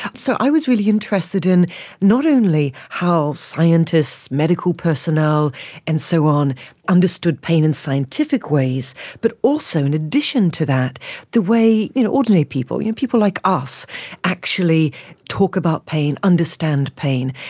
so i was really interested in not only how scientists, medical personnel and so on understood pain in scientific ways but also in addition to that the way ordinary people, you know people like us actually talk about pain, understand pain.